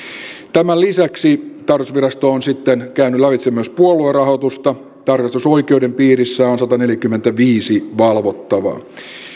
tämän lisäksi tarkastusvirasto on sitten käynyt lävitse myös puoluerahoitusta tarkastusoikeuden piirissä on on sataneljäkymmentäviisi valvottavaa